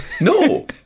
No